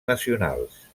nacionals